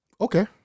Okay